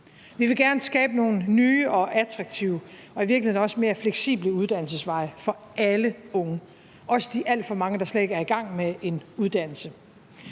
Vi vil gerne skabe nogle nye og attraktive og i virkeligheden også mere fleksible uddannelsesveje for alle unge, også de alt for mange, der slet ikke er i gang med en uddannelse.